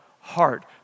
heart